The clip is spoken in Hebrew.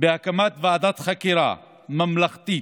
בהקמת ועדת חקירה ממלכתית.